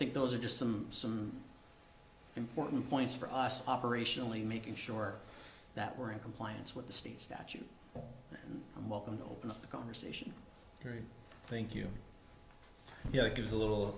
think those are just some some important points for us operationally making sure that we're in compliance with the state statute and welcome to open the conversation terry thank you you know it gives a little